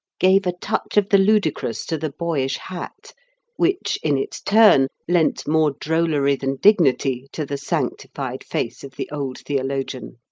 gave a touch of the ludicrous to the boyish hat which, in its turn, lent more drollery than dignity to the sanctified face of the old theologian.